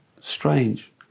strange